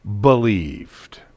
believed